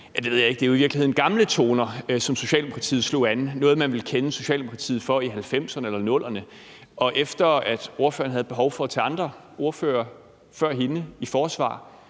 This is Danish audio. det er jo i virkeligheden gamle toner, som Socialdemokratiet slår an; det var noget, man kendte Socialdemokratiet for i 1990'erne eller 00'erne. Efter at ordføreren havde behov for at tage andre ordførere før hende i forsvar,